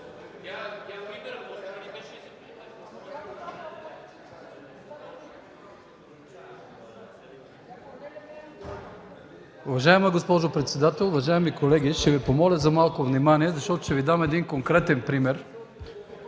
Уважаема госпожо председател, уважаеми колеги! Ще помоля за малко внимание, защото ще дам конкретен пример,